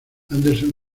anderson